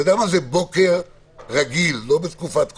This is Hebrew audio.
אתה יודע מה זה בוקר רגיל, לא בתקופת הקורונה,